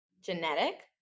Genetic